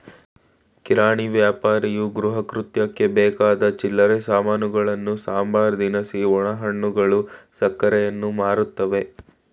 ಕಿರಾಣಿ ವ್ಯಾಪಾರಿಯು ಗೃಹಕೃತ್ಯಕ್ಕೆ ಬೇಕಾದ ಚಿಲ್ಲರೆ ಸಾಮಾನುಗಳನ್ನು ಸಂಬಾರ ದಿನಸಿ ಒಣಹಣ್ಣುಗಳು ಸಕ್ಕರೆಯನ್ನು ಮಾರ್ತವೆ